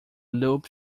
loop